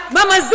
Mama